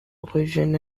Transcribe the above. allusion